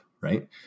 right